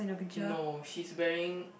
no she's wearing